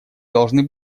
должны